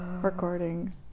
recording